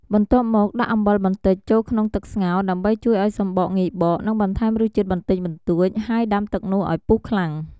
បន្ទាប់មកដាក់អំបិលបន្តិចចូលក្នុងទឹកស្ងោរ ដើម្បីជួយឱ្យសំបកងាយបក និងបន្ថែមរសជាតិបន្តិចបន្ទួច ហើយដាំទឹកនោះឱ្យពុះខ្លាំង។